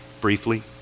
briefly